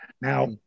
Now